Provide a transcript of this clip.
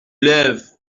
lève